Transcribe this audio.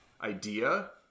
idea